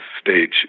stage